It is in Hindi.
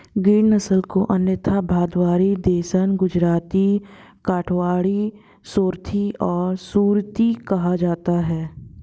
गिर नस्ल को अन्यथा भदावरी, देसन, गुजराती, काठियावाड़ी, सोरथी और सुरती कहा जाता है